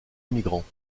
immigrants